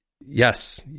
Yes